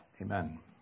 Amen